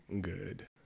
good